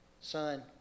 son